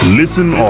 listen